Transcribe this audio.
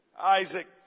Isaac